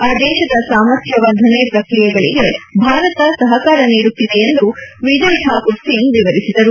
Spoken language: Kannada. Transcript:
ಆ ದೇಶದ ಸಾಮರ್ಥ್ಲ ವರ್ಧನೆ ಪ್ರಕ್ರಿಯೆಗಳಿಗೆ ಭಾರತ ಸಹಕಾರ ನೀಡುತ್ತಿದೆ ಎಂದು ವಿಜಯ್ ಠಾಕೂರ್ ಸಿಂಗ್ ವಿವರಿಸಿದರು